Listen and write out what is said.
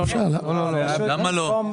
למה לא?